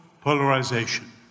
polarization